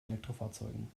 elektrofahrzeugen